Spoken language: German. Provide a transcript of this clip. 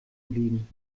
geblieben